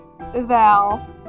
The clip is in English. Val